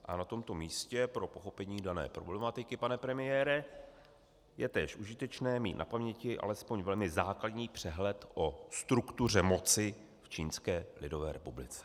A na tomto místě pro pochopení dané problematiky, pane premiére, je též užitečné mít na paměti alespoň velmi základní přehled o struktuře moci Čínské lidové republiky.